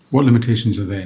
what limitations are they?